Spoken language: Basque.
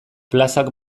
plazak